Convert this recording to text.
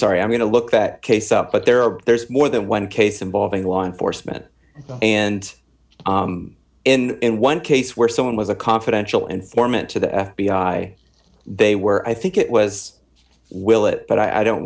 sorry i'm going to look that case up but there are there's more than one case involving law enforcement and in in one case where someone was a confidential informant to the f b i they were i think it was will it but i don't